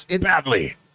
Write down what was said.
Badly